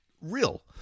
real